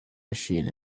machine